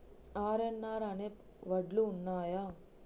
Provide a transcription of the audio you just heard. RNR అనే వడ్లు ఉన్నయా?